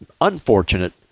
unfortunate